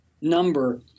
number